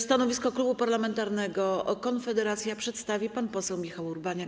Stanowisko klubu parlamentarnego Konfederacja przedstawi pan poseł Michał Urbaniak.